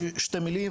שתי מילים.